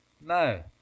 No